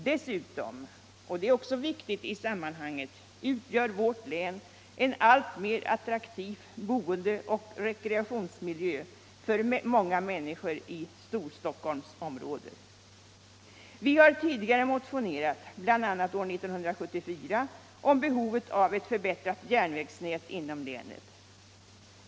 Dessutom — det är också viktigt i sammanhanget — utgör vårt län en alltmer attraktiv boende och rekreationsmil;ö för många människor i Storstockholmsområdet. Vi har tidigare motionerat — bl.a. år 1974 — om behovet av ett förbättrat järnvägsnät inom länet.